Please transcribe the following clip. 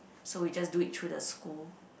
so we just do it through the school